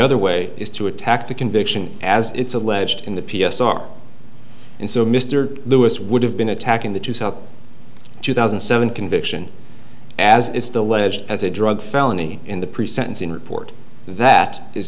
other way is to attack the conviction as it's alleged in the p s r and so mr lewis would have been attacking the to set up two thousand and seven conviction as the ledge as a drug felony in the pre sentencing report that is